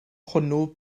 hwnnw